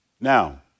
Now